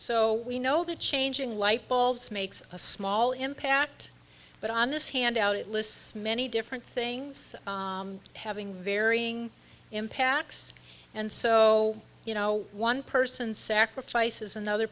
so we know that changing light bulbs makes a small impact but on this handout it lists many different things having varying impacts and so you know one person sacrifices another